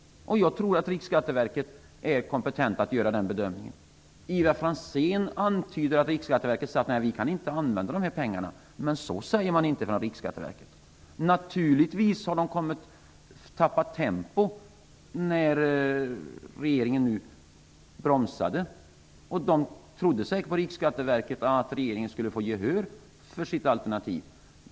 Jag tror att Riksskatteverket är kompetent att göra den bedömningen. Ivar Franzén antydde att man från Riksskatteverket sagt att man inte kan använda dessa pengar. Men så säger man inte från Riksskatteverket. Naturligtvis har man där tappat tempo när regeringen nu bromsar. Man trodde säkert på Riksskatteverket att regeringen skulle få gehör för sitt alternativ.